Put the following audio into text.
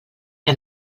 que